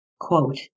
Quote